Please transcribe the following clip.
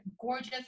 gorgeous